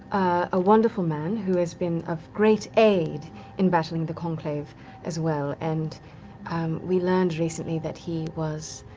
a wonderful man, who has been of great aid in battling the conclave as well, and we learned recently that he was